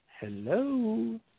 Hello